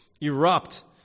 erupt